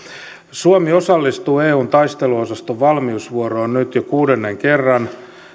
suomi osallistuu eun taisteluosaston valmiusvuoroon nyt jo kuudennen kerran